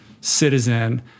citizen